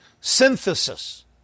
synthesis